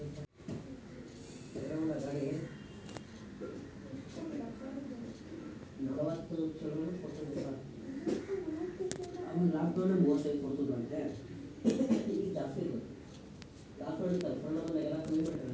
unsecured loan ನಾಗ್ ನಮ್ದು ಆದಾಯ ಎಸ್ಟ್ ಅದ ಅದು ನೋಡಿ ಸಾಲಾ ಕೊಡ್ತಾರ್